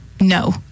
No